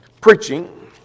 preaching